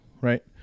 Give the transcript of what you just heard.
right